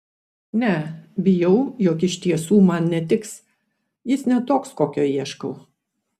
ne bijau jog iš tiesų man netiks jis ne toks kokio ieškau